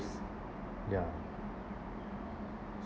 ~s ya